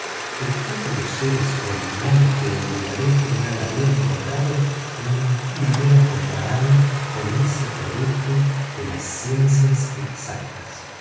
de todos los seres originales que el brigadier general había encontrado ninguno era comparable con ese producto de las ciencias exactas